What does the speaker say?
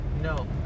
No